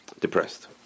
depressed